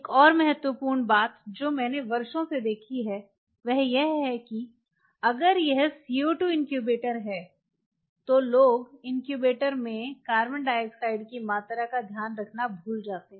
एक और महत्वपूर्ण बात जो मैंने वर्षों से देखी है वह है कि अगर यह CO2 इनक्यूबेटर है तो लोग इनक्यूबेटर में CO2 की मात्रा का ध्यान रखना भूल जाते हैं